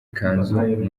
ikanzu